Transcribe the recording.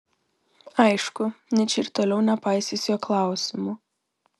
aišku nyčė ir toliau nepaisys jo klausimų